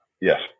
Yes